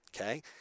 okay